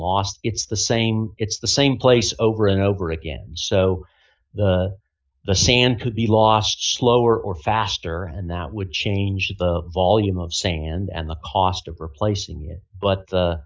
lost it's the same it's the same place over and over again so the the sand could be lost slower or faster and that would change the volume of sand and the cost of replacing it but the